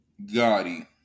Gotti